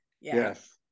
Yes